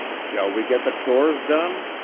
shall we get the chores done?